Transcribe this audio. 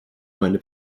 meine